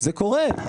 זה קורה,